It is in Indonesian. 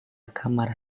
kamar